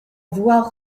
voix